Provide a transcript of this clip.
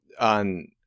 on